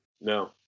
No